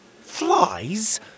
Flies